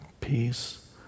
peace